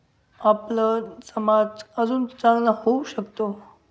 आपलं समाज अजून चांगला होऊ शकतो